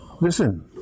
listen